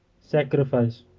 sacrifice